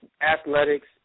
athletics